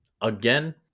again